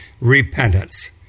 repentance